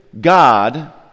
God